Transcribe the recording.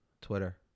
Twitter